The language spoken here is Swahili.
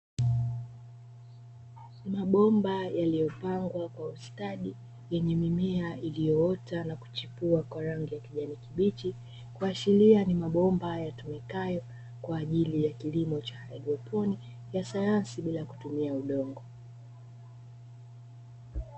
Mabomba yaliyopangwa kwa ustadi, yenye mimea iliyoota na kuchipua kwa rangi ya kijani kibichi, kuashiria ni mabomba yatumikayo kwa ajili ya kilimo cha haidroponi ya sayansi bila kutumia udongo.